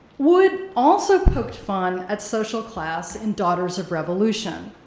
wood also poked fun at social class in daughters of revolution,